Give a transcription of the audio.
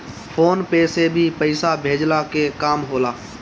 phone पे से भी पईसा भेजला के काम होला